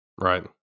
Right